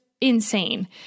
insane